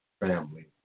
family